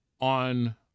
on